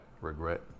regret